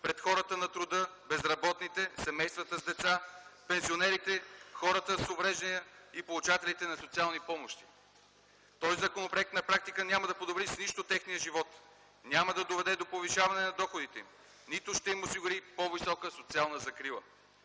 пред хората на труда, безработните, семействата с деца, пенсионерите, хората с увреждания и получателите на социални помощи. Този законопроект на практика няма да подобри с нищо техния живот, няма да доведе до повишаване на доходите им, нито ще им осигури по-висока социална закрила.